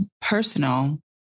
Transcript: personal